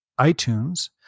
iTunes